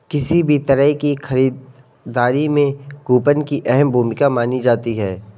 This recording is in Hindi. किसी भी तरह की खरीददारी में कूपन की अहम भूमिका मानी जाती है